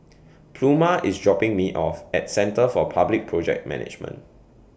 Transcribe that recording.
Pluma IS dropping Me off At Centre For Public Project Management